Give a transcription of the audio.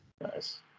Nice